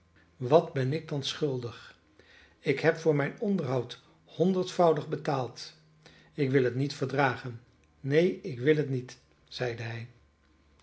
wat ben ik dan schuldig ik heb voor mijn onderhoud honderdvoudig betaald ik wil het niet verdragen neen ik wil niet zeide hij